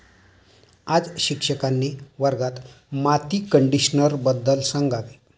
आज शिक्षकांनी वर्गात माती कंडिशनरबद्दल सांगावे